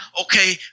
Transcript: Okay